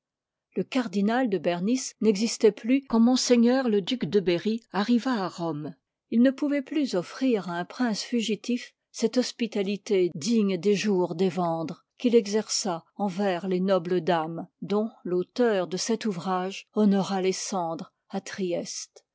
le cardinal de bernis n'existoit plus quand ms le duc de berry arriva à rome il ne pouvoit plus offrir à un prince fugitif cette hospitalité digne des jours d'evandre qu'il exerça envers les nobles dames dont l'auteur de cet ouvrage honora les cendres à trieste